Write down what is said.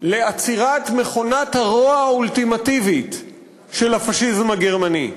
לעצירת מכונת הרוע האולטימטיבית של הפאשיזם הגרמני.